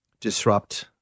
disrupt